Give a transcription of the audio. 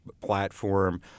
platform